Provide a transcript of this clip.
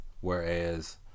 whereas